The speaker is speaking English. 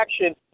action